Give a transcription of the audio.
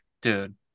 Dude